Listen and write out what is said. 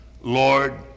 Lord